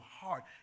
heart